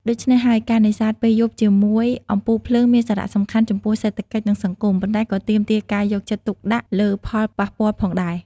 ដូច្នេះហើយ ការនេសាទពេលយប់ជាមួយអំពូលភ្លើងមានសារៈសំខាន់ចំពោះសេដ្ឋកិច្ច និងសង្គម ប៉ុន្តែក៏ទាមទារការយកចិត្តទុកដាក់លើផលប៉ះពាល់ផងដែរ។